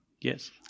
Yes